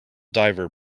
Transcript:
diver